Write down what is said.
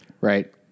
Right